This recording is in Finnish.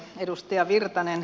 edustaja virtanen